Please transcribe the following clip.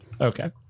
Okay